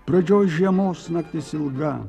pradžioj žiemos naktis ilga